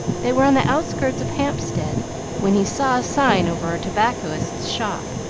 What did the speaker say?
they were on the outskirts of hampstead when he saw a sign over a tobacconist's shop,